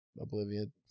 Oblivion